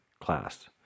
class